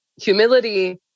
humility